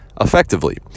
effectively